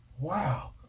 wow